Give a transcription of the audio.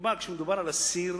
מדובר על אסיר